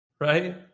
right